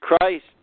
Christ